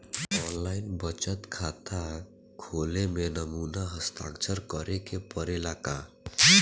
आन line बचत खाता खोले में नमूना हस्ताक्षर करेके पड़ेला का?